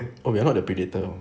oh we're not the predator